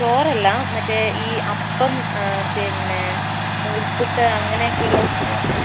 ചോറല്ല മറ്റേ ഈ അപ്പം പിന്നെ നൂൽപ്പുട്ട് അങ്ങനെയൊക്കെ ഉള്ളത്